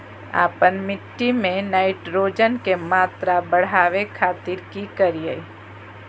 आपन मिट्टी में नाइट्रोजन के मात्रा बढ़ावे खातिर की करिय?